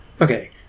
Okay